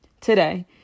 today